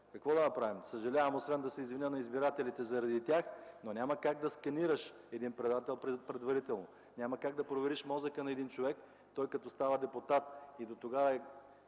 Какво да направим? Съжалявам! Освен да се извиня на избирателите заради тях! Но няма как да сканираш един предател предварително! Няма как да провериш мозъка на един човек – той като става депутат и тогава,